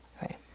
right